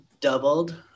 doubled